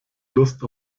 lust